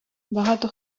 багато